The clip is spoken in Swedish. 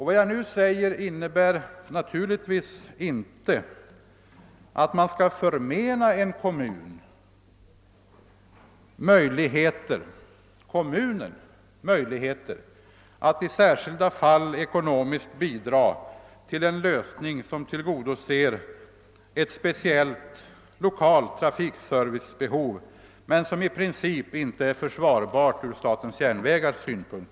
Vad jag nu säger innebär naturligtvis inte att man skall förmena en kommun möjligheten att i särskilda fall ekonomiskt bidra till en lösning som tillgodoser ett speciellt lokalt trafikservicebehov men som i princip inte är försvarbar från SJ:s synpunkt.